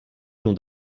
l’ont